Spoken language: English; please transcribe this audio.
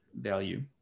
value